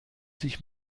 sich